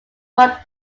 brought